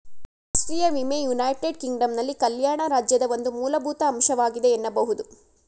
ರಾಷ್ಟ್ರೀಯ ವಿಮೆ ಯುನೈಟೆಡ್ ಕಿಂಗ್ಡಮ್ನಲ್ಲಿ ಕಲ್ಯಾಣ ರಾಜ್ಯದ ಒಂದು ಮೂಲಭೂತ ಅಂಶವಾಗಿದೆ ಎನ್ನಬಹುದು